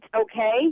okay